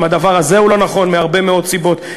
גם הדבר הזה הוא לא נכון מהרבה מאוד סיבות.